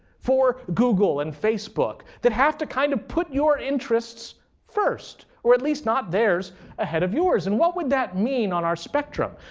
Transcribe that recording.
for google google and facebook, that have to kind of put your interests first? or at least not theirs ahead of yours? and what would that mean on our spectrum?